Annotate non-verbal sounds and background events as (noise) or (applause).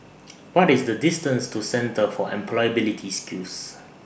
(noise) What IS The distance to Centre For Employability Skills